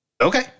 okay